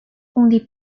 only